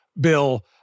Bill